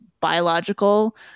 biological